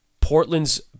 Portland's